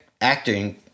acting